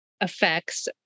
effects